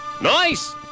Nice